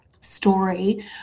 story